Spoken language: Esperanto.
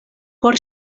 por